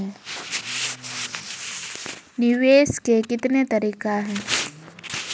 निवेश के कितने तरीका हैं?